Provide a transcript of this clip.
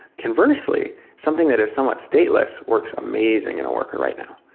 conversely, something that is somewhat stateless works amazing in a worker right now.